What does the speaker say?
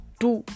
two